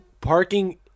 parking